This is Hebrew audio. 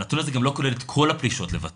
הנתון הזה גם לא כולל את כל הפלישות לבתים.